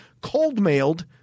cold-mailed